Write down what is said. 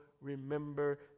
Remember